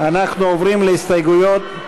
אנחנו עוברים להסתייגויות,